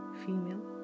female